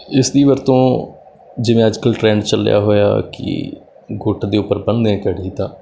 ਇਸ ਦੀ ਵਰਤੋਂ ਜਿਵੇਂ ਅੱਜ ਕੱਲ੍ਹ ਟਰੈਂਡ ਚੱਲਿਆ ਹੋਇਆ ਕਿ ਗੁੱਟ ਦੇ ਉੱਪਰ ਬੰਨ੍ਹਦੇ ਹਾਂ ਘੜੀ ਤਾਂ